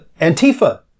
Antifa